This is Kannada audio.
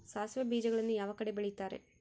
ಸಾಸಿವೆ ಬೇಜಗಳನ್ನ ಯಾವ ಕಡೆ ಬೆಳಿತಾರೆ?